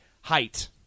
Height